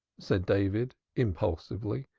said david impulsively.